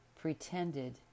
pretended